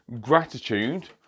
gratitude